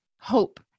hope